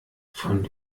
von